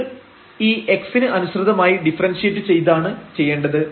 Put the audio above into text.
അത് ഈ x ന് അനുസൃതമായി ഡിഫറെൻഷിയേറ്റ് ചെയ്താണ് ചെയ്യേണ്ടത്